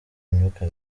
imyuka